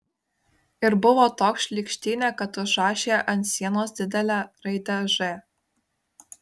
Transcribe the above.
ir buvo toks šlykštynė kad užrašė ant sienos didelę raidę ž